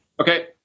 Okay